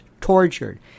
tortured